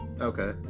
Okay